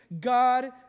God